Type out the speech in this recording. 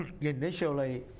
Initially